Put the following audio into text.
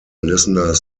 listener